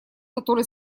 который